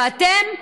ואתם?